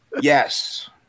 Yes